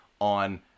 on